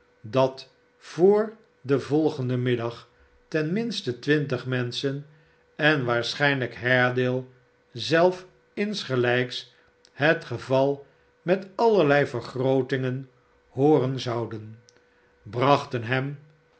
dat voor den volgenden middag ten minste twintig menschen en waarschijnlijk haredale zelf insgelijks het geval met allerlei vergrootingen hooren zouden brachten hem